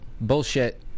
Bullshit